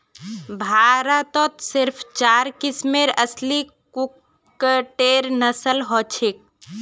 भारतत सिर्फ चार किस्मेर असली कुक्कटेर नस्ल हछेक